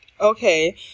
Okay